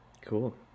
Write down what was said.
Cool